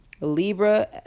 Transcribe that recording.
Libra